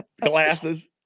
Glasses